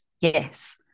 Yes